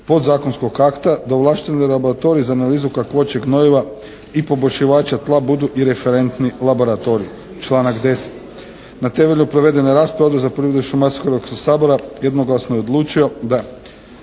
podzakonskog akta, da ovlašteni laboratoriji za analizu kakvoće gnojiva i poboljšivača tla budu i referentni laboratorij, članak 10. Na temelju provedene rasprave Odbor za poljoprivredu i šumarstvo Hrvatskog sabora jednoglasno je odlučio da